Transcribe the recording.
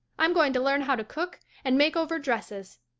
i'm going to learn how to cook and make over dresses.